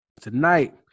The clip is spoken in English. tonight